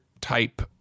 type